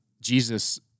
Jesus